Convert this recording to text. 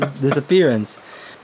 disappearance